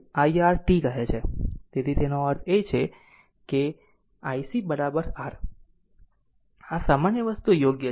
તેથી તેનો અર્થ છે ic R આ સામાન્ય વસ્તુ યોગ્ય છે